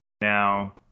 now